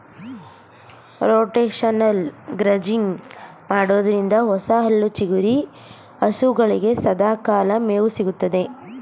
rotational grazing ಮಾಡೋದ್ರಿಂದ ಹೊಸ ಹುಲ್ಲು ಚಿಗುರಿ ಹಸುಗಳಿಗೆ ಸದಾಕಾಲ ಮೇವು ಸಿಗುತ್ತದೆ